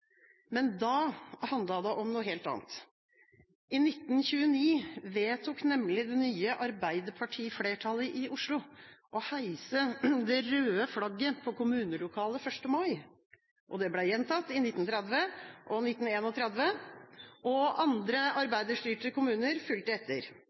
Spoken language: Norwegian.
men da handlet det om noe helt annet. I 1929 vedtok nemlig det nye arbeiderpartiflertallet i Oslo å heise det røde flagget på kommunelokalet 1. mai. Det ble gjentatt i 1930 og 1931, og andre